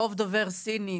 לרוב הוא דובר סינית.